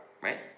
right